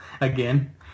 again